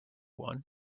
one